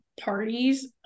parties